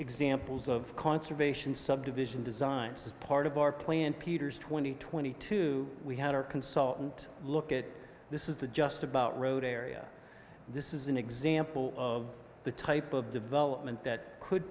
examples of conservation subdivision designs as part of our plan peters twenty twenty two we had our consultant look at this is the just about road area this is an example of the type of development that could